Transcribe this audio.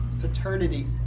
paternity